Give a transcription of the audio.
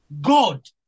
God